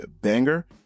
Banger